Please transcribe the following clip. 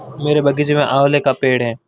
मेरे बगीचे में आंवले का पेड़ है